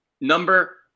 number